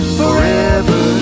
forever